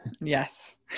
yes